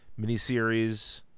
miniseries